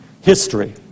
History